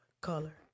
color